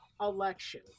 election